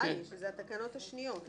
נראה לי שזה התקנות השניות.